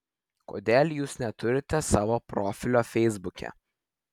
kodėl jūs neturite savo profilio feisbuke